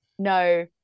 No